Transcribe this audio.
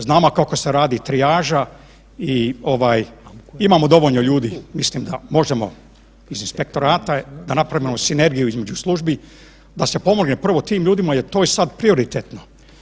Znamo kako se radi trijaža i ovaj imamo dovoljno ljudi i mislim da možemo iz inspektorata da napravimo sinergiju između službi, da se pomogne prvo tim ljudima jer to je sad prioritetno.